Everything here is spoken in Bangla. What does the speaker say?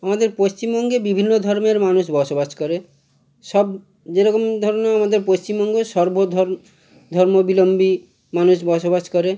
আমাদের পশ্চিমবঙ্গে বিভিন্ন ধর্মের মানুষ বসবাস করে সব যেরকম ধরনের আমাদের পশ্চিমবঙ্গের সর্ব ধর্মাবলম্বী মানুষ বসবাস করে